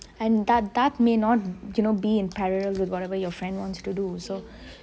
and that that may not be in parallel with whatever your friend wants to do